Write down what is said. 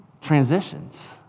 Transitions